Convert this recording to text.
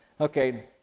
Okay